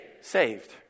saved